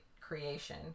creation